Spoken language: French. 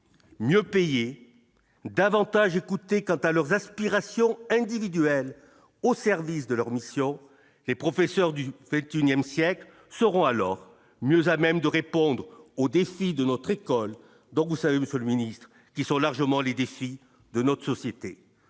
mieux payés davantage écoutés quant à leurs aspirations individuelles au service de leur mission, les professeurs du fait unième siècle seront alors mieux à même de répondre aux défis de notre école, donc vous savez Monsieur le Ministre, qui sont largement les défis de notre société,